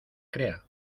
crea